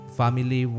family